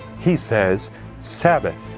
he says sabbath.